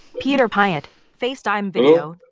peter piot, facetime video